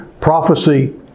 Prophecy